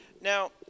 Now